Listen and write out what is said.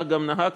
כך גם נהגתי,